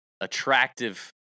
attractive